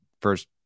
first